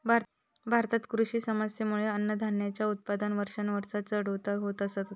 भारतातील कृषी समस्येंमुळे अन्नधान्याच्या उत्पादनात वर्षानुवर्षा चढ उतार होत असतत